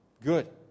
Good